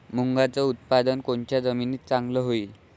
मुंगाचं उत्पादन कोनच्या जमीनीत चांगलं होईन?